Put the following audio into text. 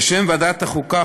בשם ועדת החוקה,